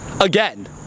again